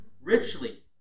richly